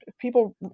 People